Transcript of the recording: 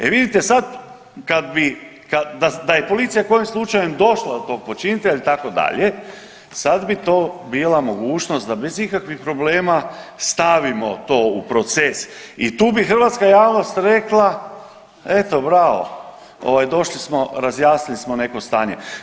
E vidite sad, kad bi, da je policija kojim slučajem došla do tog počinitelja itd., sad bi to bila mogućnost da bez ikakvih problema stavimo to u proces i tu bi hrvatska javnost rekla, eto, bravo, došli smo, razjasnili smo neko stanje.